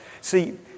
see